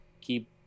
keep